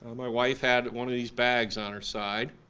my wife had one of these bags on her side,